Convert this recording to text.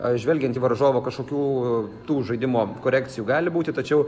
žvelgiant į varžovo kažkokių tų žaidimo korekcijų gali būti tačiau